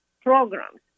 programs